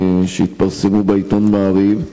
שהתפרסמו בעיתון "מעריב",